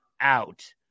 out